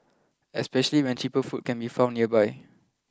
especially when cheaper food can be found nearby